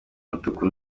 mutuku